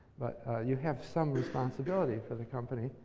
you have some responsibility for the company.